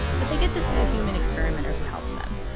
but they get to see a human experimenter who helps them.